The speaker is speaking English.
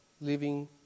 living